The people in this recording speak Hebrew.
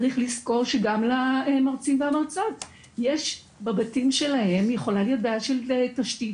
צריך לזכור שגם למרצים והמרצות יכולה להיות בעיה בבתים שלהם של תשתית,